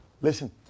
Listen